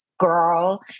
girl